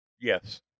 Yes